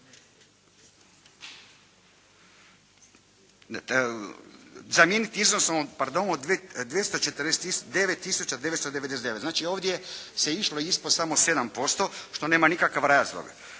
zamijeniti iznosom od 249 tisuća 999. znači ovdje se išlo isto samo 7% što nema nikakvog razloga.